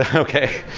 ah okay.